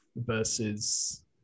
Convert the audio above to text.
versus